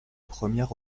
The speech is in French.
première